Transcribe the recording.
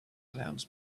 clowns